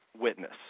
witness